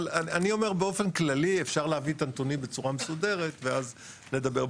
אבל אני אומר באופן כללי אפשר להביא את הנתונים בצורה מסודרת ואז לדבר.